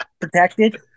protected